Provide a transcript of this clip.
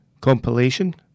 compilation